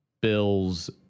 bill's